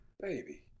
baby